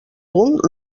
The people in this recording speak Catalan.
punt